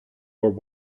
were